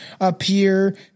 appear